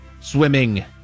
swimming